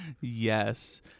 yes